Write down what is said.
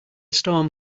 storm